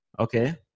Okay